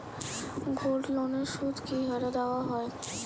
গোল্ডলোনের সুদ কি হারে দেওয়া হয়?